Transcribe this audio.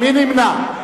מי נמנע?